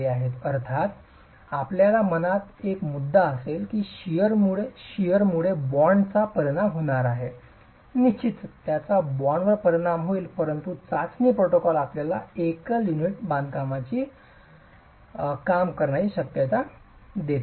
आता अर्थातच आपल्या मनात हा मुद्दा असेल की शिअरमुळे बॉन्डचा परिणाम होणार आहे निश्चितच त्याचा बाँडवर परिणाम होईल परंतु चाचणी प्रोटोकॉल आपल्याला एकल युनिट बांधकाम काम करण्याची शक्यता देते